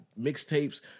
mixtapes